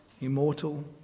immortal